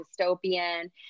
dystopian